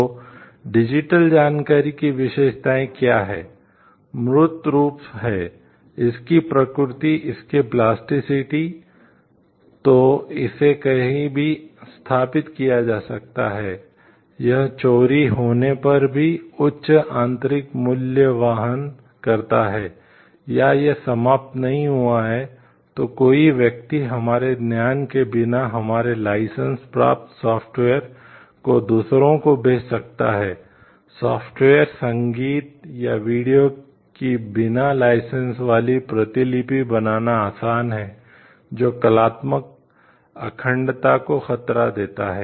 तो डिजिटल वाली प्रतिलिपि बनाना आसान है जो कलात्मक अखंडता को खतरा देता है